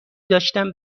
داشتن